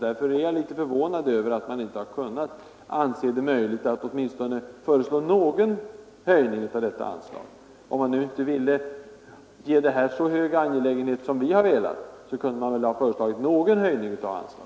Därför är jag litet förvånad över att man inte har ansett det möjligt, om man nu inte ville ge den här frågan så hög angelägenhetsgrad som vi har velat, att åtminstone föreslå någon höjning av detta anslag.